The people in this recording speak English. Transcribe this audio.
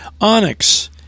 Onyx